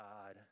God